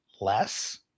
less